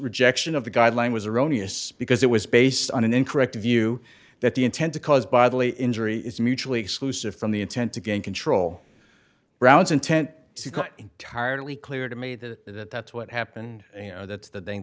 rejection of the guideline was erroneous because it was based on an incorrect view that the intent to cause by the injury is mutually exclusive from the intent to gain control brown's intent entirely clear to me that that's what happened you know that's the thing